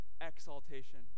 exaltation